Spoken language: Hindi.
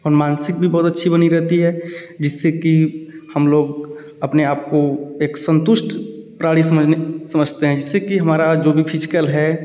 और मानसिक भी बहुत अच्छी बनी रहती है जिससे कि हम लोग अपने आप को एक संतुष्ट प्राणी समझने समझते हैं जिससे कि हमारा जो भी फिजकल है